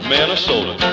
Minnesota